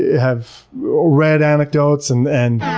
have read anecdotes and and